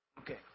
Okay